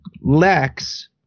Lex